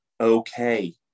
okay